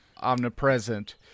omnipresent